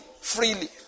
freely